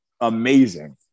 amazing